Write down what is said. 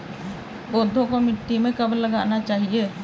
पौधे को मिट्टी में कब लगाना चाहिए?